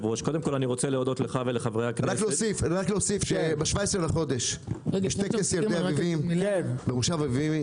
רק להוסיף שב-17 בחודש יש טקס לילדי אביבים במושב אביבים.